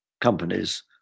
companies